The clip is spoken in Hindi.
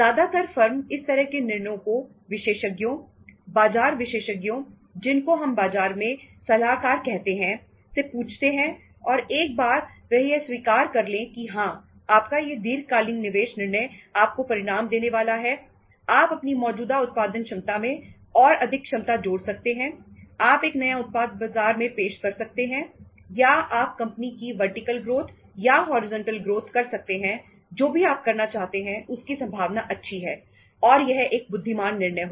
ज्यादातर फर्म इस तरह के निर्णय को विशेषज्ञों बाजार विशेषज्ञों जिनको हम बाजार में सलाहकार कहते हैं से पूछते हैं और एक बार वह यह स्वीकार कर ले कि हां आपका यह दीर्घकालीन निवेश निर्णय आपको परिणाम देने वाला है आप अपनी मौजूदा उत्पादन क्षमता में और अधिक क्षमता जोड़ सकते हैं आप एक नया उत्पाद बाजार में पेश कर सकते हैं या आप कंपनी की वर्टीकल ग्रोथ कर सकते हैं जो भी आप करना चाहते हैं उसकी संभावना अच्छी है और यह एक बुद्धिमान निर्णय होगा